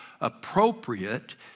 appropriate